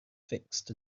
fixed